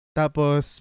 tapos